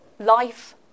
life